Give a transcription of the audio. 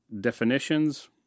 definitions